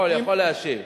אני יכול להשיב.